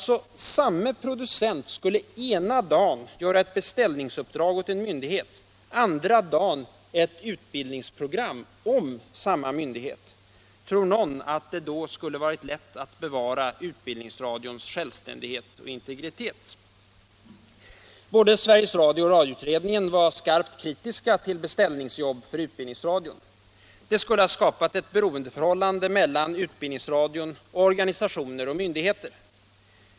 Samme producent skulle ena dagen göra ett beställningsuppdrag åt en myndighet, andra dagen ett utbildningsprogram om samma myndighet. Tror någon att det då skulle varit lätt att bevara utbildningsradions självständighet och integritet? Både Sveriges Radio och radioutredningen var skarpt kritiska till beställningsjobb för utbildningsradion. Det skulle ha skapat ett beroendeförhållande mellan utbildningsradion och organisationer och myndigheter.